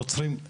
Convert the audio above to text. נוצרים.